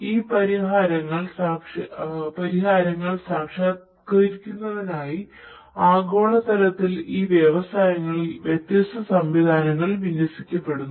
ഈ പരിഹാരങ്ങൾ സാക്ഷാത്കരിക്കുന്നതിനായി ആഗോളതലത്തിൽ ഈ വ്യവസായങ്ങളിൽ വ്യത്യസ്ത സംവിധാനങ്ങൾ വിന്യസിക്കപ്പെടുന്നു